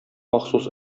махсус